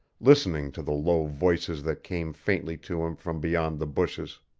listening to the low voices that came faintly to him from beyond the bushes.